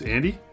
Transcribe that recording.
Andy